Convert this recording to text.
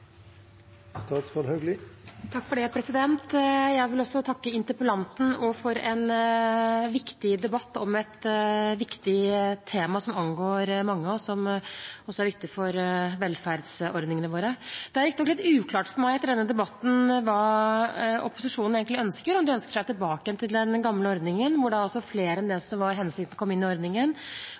jeg vil takke interpellanten for en viktig debatt om et viktig tema som angår mange, og som også er viktig for velferdsordningene våre. Det er riktignok litt uklart for meg etter denne debatten hva opposisjonen egentlig ønsker, om de ønsker seg tilbake igjen til den gamle ordningen, hvor flere enn det som var hensikten, kom inn i ordningen,